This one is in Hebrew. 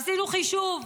עשינו חישוב: